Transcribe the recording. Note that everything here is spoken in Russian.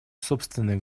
собственное